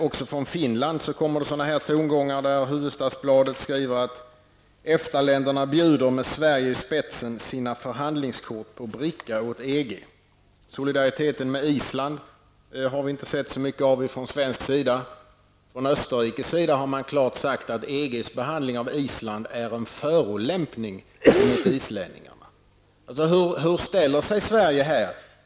Också från Finland kommer sådana här tongångar. Hufvudstadsbladet skriver att EFTA-länderna bjuder med Sverige i spetsen sina förhandlingskort på bricka åt EG. Solidariteten med Island har vi inte sett så mycket av från svensk sida. Från österrikisk sida har man klart sagt att EGs behandling av Island är en förolämpning mot islänningarna. Hur ställer sig Sverige här?